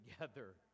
together